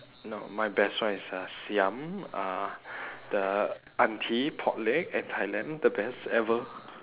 no my best one is at siam uh the auntie pork leg at thailand the best ever